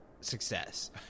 success